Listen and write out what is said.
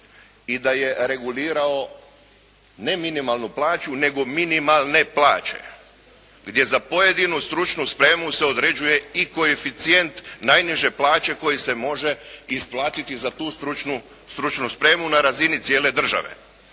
i da je regulirao ne minimalnu plaću nego minimalne plaće, gdje za pojedinu stručnu spremu se određuje i koeficijent najniže plaće koji se može isplatiti za tu stručnu spremu na razini cijele države.